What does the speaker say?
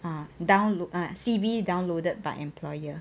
ah download ah C_V downloaded by employer